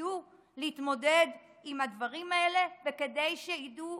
שידעו להתמודד עם הדברים האלה וכדי שידעו